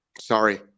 Sorry